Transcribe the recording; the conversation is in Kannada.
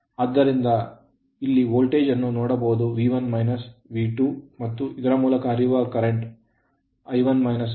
ಆದ್ದರಿಂದ ನಾವು ಇಲ್ಲಿ ವೋಲ್ಟೇಜ್ ಅನ್ನು ನೋಡಬಹುದು ಮತ್ತು ಇದರ ಮೂಲಕ ಹರಿಯುವ ಪ್ರವಾಹವು current ಆಗಿದೆ